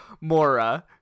Mora